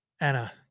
Anna